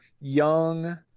young